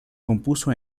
compuso